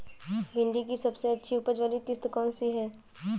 भिंडी की सबसे अच्छी उपज वाली किश्त कौन सी है?